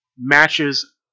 matches